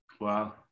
Wow